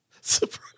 Surprise